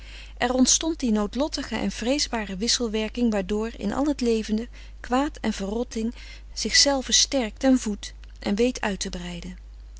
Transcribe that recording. er ontstond die noodlottige en vreesbare wisselwerking frederik van eeden van de koele meren des doods waardoor in al het levende kwaad en verrotting zichzelven sterkt en voedt en weet uit te breiden